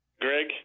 Greg